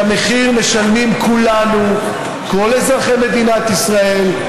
את המחיר משלמים כולנו, כל אזרחי מדינת ישראל.